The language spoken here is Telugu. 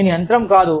నేను యంత్రం కాదు